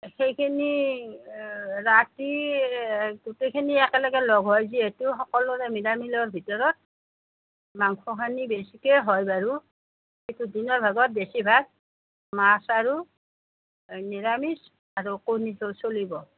সেইখিনি ৰাতি গোটেইখিনি একেলগে লগ হয় যিহেতু সকলোৰে মিলা মিলৰ ভিতৰত মাংসখিনি বেছিকেই হয় বাৰু যিহেতু দিনৰ ভাগত বেছিভাগ মাছ আৰু নিৰামিষ আৰু কণীটো চলিব